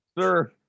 Sir